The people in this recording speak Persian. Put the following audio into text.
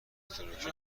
الکترونیکی